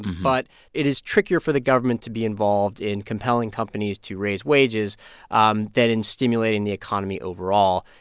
but it is trickier for the government to be involved in compelling companies to raise wages um than in stimulating the economy overall.